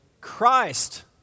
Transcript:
christ